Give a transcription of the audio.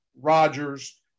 Rodgers